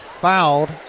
fouled